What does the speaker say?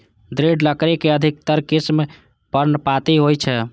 दृढ़ लकड़ी के अधिकतर किस्म पर्णपाती होइ छै